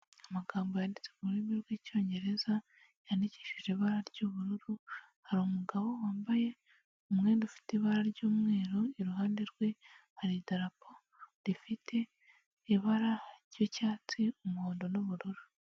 Amagambo yanditse mu uru rurimi rw'icyongereza, yandikishije ibara ry'ubururu, hari umugabo wambaye umwenda ufite ibara ry'umweru iruhande rwe hari idarapo rifite ibara ry'icyatsi umuhondo n'ubururu.